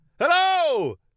hello